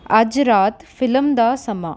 ਅੱਜ ਰਾਤ ਫਿਲਮ ਦਾ ਸਮਾਂ